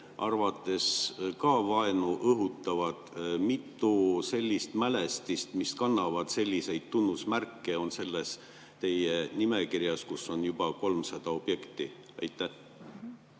arvates ka vaenu õhutavad? Mitu sellist mälestist, mis kannavad selliseid tunnusmärke, on selles teie nimekirjas, kus on juba 300 objekti? Aitäh!